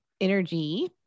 energy